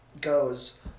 goes